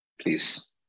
please